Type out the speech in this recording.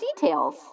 details